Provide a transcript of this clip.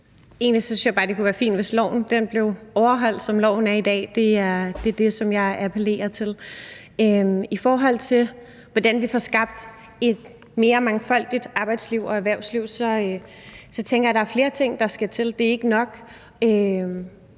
det kunne være fint, hvis loven, som den er i dag, blev overholdt. Det er det, som jeg appellerer til. I forhold til hvordan vi får skabt et mere mangfoldigt arbejdsliv og erhvervsliv, tænker jeg, at der er flere ting, der skal til. Det er ikke nok